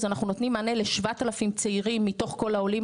אנחנו נותנים מענה ל-7,000 צעירים מתוך כל העולים